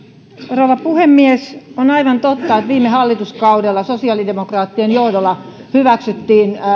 rouva puhemies on aivan totta että viime hallituskaudella sosiaalidemokraattien johdolla hyväksyttiin